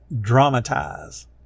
dramatize